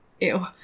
Ew